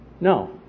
No